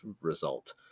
result